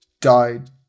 died